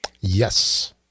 Yes